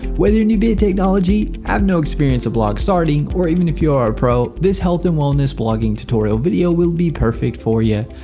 whether your a newbie at technology, have no experience at blog starting, or even if your a pro. this health and wellness blogging tutorial video will be perfect for you.